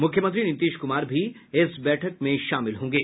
मुख्यमंत्री नीतीश कुमार भी इस बैठक में शामिल होंगे